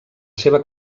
seva